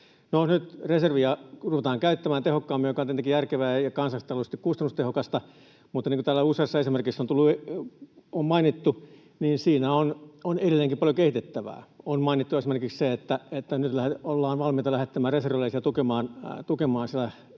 nyt reserviä ruvetaan käyttämään tehokkaammin, mikä on tietenkin järkevää ja kansantaloudellisesti kustannustehokasta, mutta niin kuin täällä useassa esimerkissä on mainittu, siinä on edelleenkin paljon kehitettävää. On mainittu esimerkiksi se, että nyt ollaan valmiita lähettämään reserviläisiä tukemaan